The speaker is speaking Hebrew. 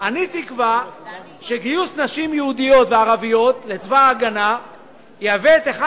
"אני תקווה שגיוס נשים יהודיות וערביות לצבא ההגנה יהווה את אחד